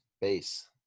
base